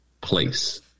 place